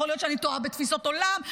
יכול להיות שאני טועה בתפיסות עולם,